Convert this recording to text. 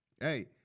hey